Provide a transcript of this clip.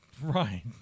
Right